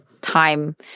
time